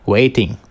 Waiting